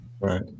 Right